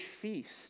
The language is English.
feast